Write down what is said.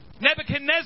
Nebuchadnezzar